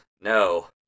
No